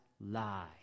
lie